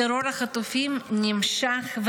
טרור החטופים נמשך,